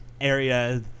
area